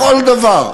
בכל דבר.